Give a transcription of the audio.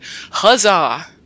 huzzah